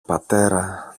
πατέρα